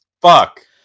Fuck